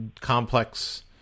complex